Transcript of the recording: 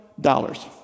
dollars